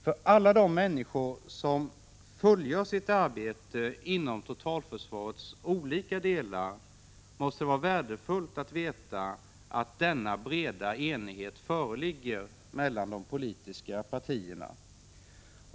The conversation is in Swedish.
För alla de människor som fullgör sitt arbete inom totalförsvarets olika delar måste det vara värdefullt att veta att denna breda enighet föreligger mellan de politiska partierna.